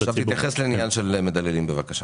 תתייחס למדללים בבקשה.